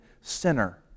sinner